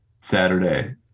Saturday